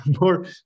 More